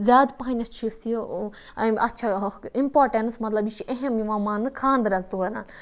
زیادٕ پَہَن یُس یہِ اِمپاٹَنٕس مَطلَب یہِ چھُ اہم یِوان ماننہٕ خانٛدرَس دوران